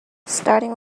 starting